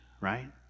right